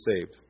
saved